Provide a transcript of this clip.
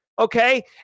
Okay